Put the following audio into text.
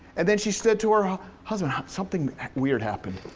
and then she said to her husband, something weird happened.